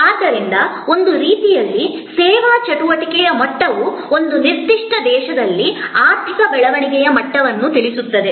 ಆದ್ದರಿಂದ ಒಂದು ರೀತಿಯಲ್ಲಿ ಸೇವಾ ಚಟುವಟಿಕೆಯ ಮಟ್ಟವು ಒಂದು ನಿರ್ದಿಷ್ಟ ದೇಶದಲ್ಲಿ ಆರ್ಥಿಕ ಬೆಳವಣಿಗೆಯ ಮಟ್ಟವನ್ನು ತಿಳಿಸುತ್ತದೆ